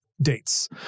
dates